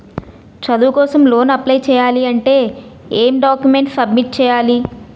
చదువు కోసం loan apply చేయాలి అంటే ఎం డాక్యుమెంట్స్ సబ్మిట్ చేయాలి?